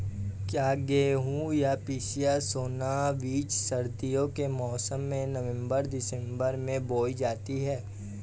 क्या गेहूँ या पिसिया सोना बीज सर्दियों के मौसम में नवम्बर दिसम्बर में बोई जाती है?